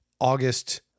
August